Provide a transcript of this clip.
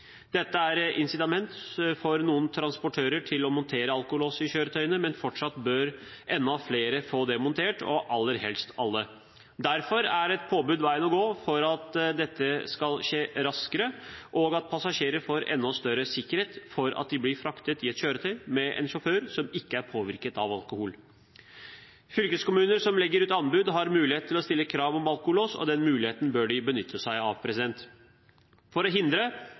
Dette er et incitament for noen transportører til å montere alkolås i kjøretøyene, men fortsatt bør enda flere få det montert, og aller helst alle. Derfor er et påbud veien å gå for at dette skal skje raskere, og at passasjerene får enda større sikkerhet for at de blir fraktet i et kjøretøy med en sjåfør som ikke er påvirket av alkohol. Fylkeskommuner som legger ut anbud, har mulighet til å stille krav om alkolås, og den muligheten bør de benytte seg av. For å hindre